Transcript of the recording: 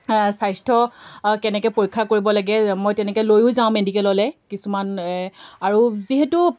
স্বাস্থ্য কেনেকৈ পৰীক্ষা কৰিব লাগে মই তেনেকৈ লৈয়ো যাওঁ মেডিকেললে কিছুমান আৰু যিহেতু